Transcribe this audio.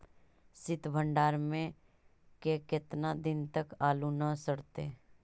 सित भंडार में के केतना दिन तक आलू न सड़तै?